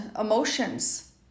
emotions